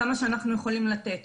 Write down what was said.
כמה שאנחנו יכולים לתת.